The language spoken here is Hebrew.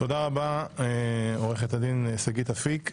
תודה רבה, עורכת הדין שגית אפיק.